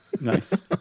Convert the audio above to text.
Nice